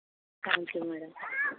thank you madam